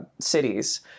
cities